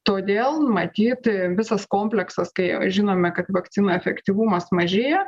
todėl matyt visas kompleksas kai žinome kad vakcinų efektyvumas mažėja